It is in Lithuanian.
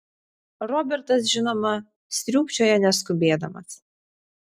robertas žinoma sriūbčiojo neskubėdamas